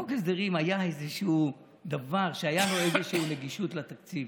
חוק ההסדרים היה איזה דבר שהיה לו איזשהו קשר לתקציב.